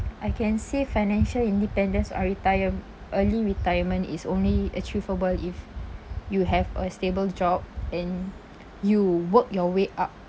I can say financial independence or retire early retirement is only achievable if you have a stable job and you work your way up